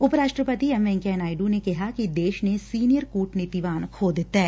ਉਪ ਰਾਸ਼ਟਰਪਤੀ ਐਮ ਵੈਕਈਆ ਨਾਇਡੂ ਨੇ ਕਿਹੈ ਕਿ ਦੇਸ਼ ਨੇ ਸੀਨੀਅਰ ਕੁਟਨੀਤੀਵਾਦ ਖੋ ਦਿੱਤੈ